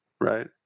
right